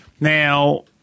Now